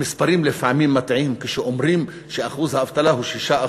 המספרים לפעמים מטעים כשאומרים שאחוז האבטלה הוא 6%,